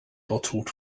bottled